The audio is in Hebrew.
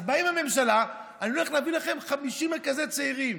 אז באה הממשלה: אני הולך להביא לכם 50 מרכזי צעירים.